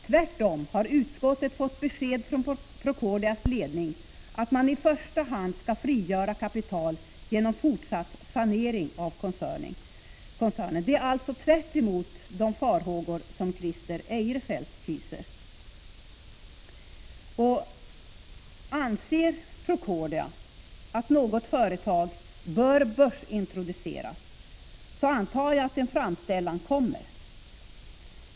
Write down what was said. Tvärtom har utskottet fått besked från Procordias ledning att företaget i första hand skall frigöra kapital genom fortsatt sanering av koncernen. Det förhåller sig alltså inte på något sätt så som Christer Eirefelt befarar. Om Procordia anser att något företag bör börsintroduceras, antar jag att en framställan därom görs.